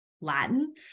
latin